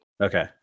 Okay